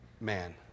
man